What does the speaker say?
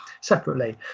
separately